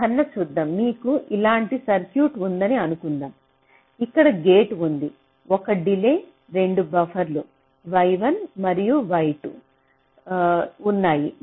ఉదాహరణ చూద్దాం మీకు ఇలాంటి సర్క్యూట్ ఉందని అనుకుందాం ఇక్కడ గేట్ ఉంది 1 డిలే 2 బఫర్లు y1 మరియు y2 ఉన్నాయి